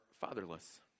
fatherless